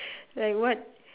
like what